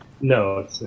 No